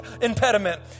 impediment